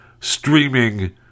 streaming